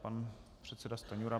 Pan předseda Stanjura.